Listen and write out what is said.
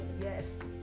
yes